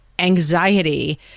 anxiety